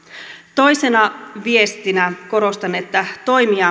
toisena viestinä korostan että toimia